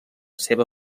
seva